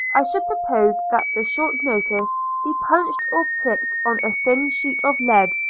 i should propose that the short notice be punched or pricked on a thin sheet of lead,